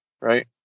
right